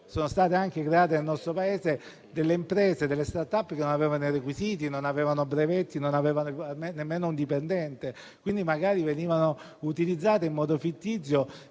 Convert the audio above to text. sono state create nel nostro Paese delle imprese e delle *start-up* che non avevano i requisiti, non avevano brevetti, non avevano nemmeno un dipendente e, quindi, magari venivano utilizzate in modo fittizio